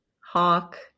Hawk